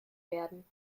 werden